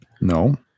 No